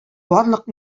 барлык